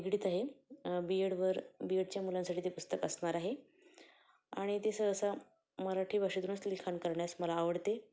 निगडीत आहे बी एडवर बी एडच्या मुलांसाठी ते पुस्तक असणार आहे आणि ते सहसा मराठी भाषेतूनच लिखाण करण्यास मला आवडते